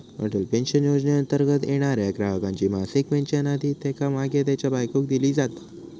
Atal pension योजनेंतर्गत येणाऱ्या ग्राहकाची मासिक पेन्शन आधी त्येका मागे त्येच्या बायकोक दिली जाता